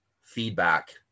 feedback